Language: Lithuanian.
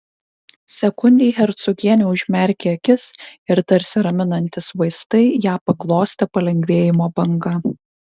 sekundei hercogienė užmerkė akis ir tarsi raminantys vaistai ją paglostė palengvėjimo banga